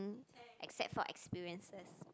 mm except for experiences